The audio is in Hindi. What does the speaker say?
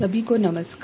सभी को नमस्कार